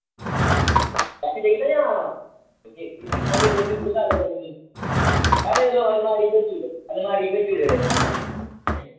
पैसे देई ओड़ां जां दिख्खो भी तुस इंया गल्ल करो चलो अलमारी भेजी ओड़ेओ रेता